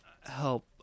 help